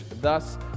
thus